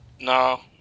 No